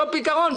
ולמצוא להן פתרון.